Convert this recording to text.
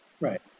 right